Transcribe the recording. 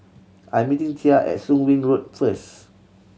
I'm meeting Thea at Soon Wing Road first